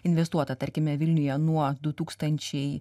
investuota tarkime vilniuje nuo du tūkstančiai